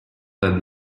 that